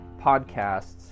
podcasts